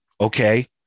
okay